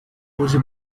use